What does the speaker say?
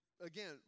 again